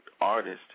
artist